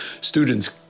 students